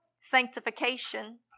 Sanctification